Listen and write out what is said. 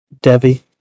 Devi